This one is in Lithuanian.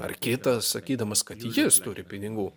ar kitą sakydamas kad jis turi pinigų